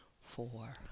four